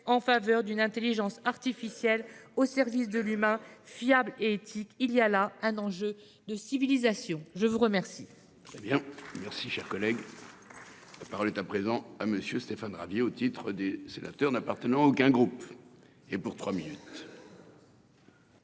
en faveur d'une intelligence artificielle qui soit au service de l'humain, fiable et éthique. Il y a là un enjeu de civilisation. La parole